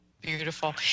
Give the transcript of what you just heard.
Beautiful